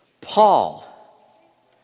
Paul